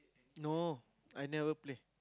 no I never play